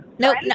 Nope